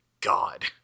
god